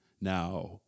Now